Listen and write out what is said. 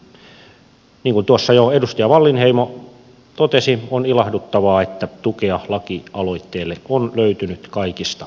niin kuin tuossa jo edustaja wallinheimo totesi on ilahduttavaa että tukea lakialoitteelle on löytynyt kaikista eduskuntaryhmistä